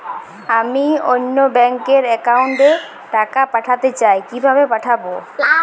আমি অন্য ব্যাংক র অ্যাকাউন্ট এ টাকা পাঠাতে চাই কিভাবে পাঠাবো?